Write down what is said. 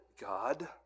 God